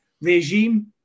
regime